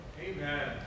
Amen